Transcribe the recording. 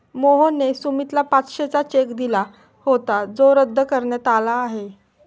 मोहनने सुमितला पाचशेचा चेक दिला होता जो रद्द करण्यात आला आहे